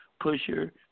pusher